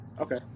okay